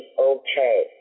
okay